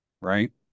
right